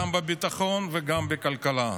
גם בביטחון וגם בכלכלה.